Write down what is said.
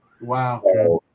Wow